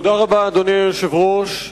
אדוני היושב-ראש,